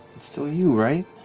it's still you, right?